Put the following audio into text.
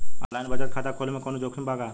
Online बचत खाता खोले में कवनो जोखिम बा का?